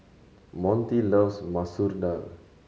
Montie loves Masoor Dal